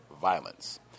violence